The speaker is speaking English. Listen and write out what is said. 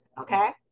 Okay